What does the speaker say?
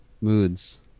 moods